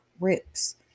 rips